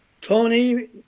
Tony